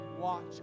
Watch